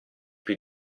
più